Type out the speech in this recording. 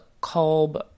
Kolb